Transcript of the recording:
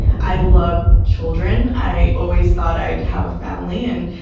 i love children. i always thought i'd have a family and,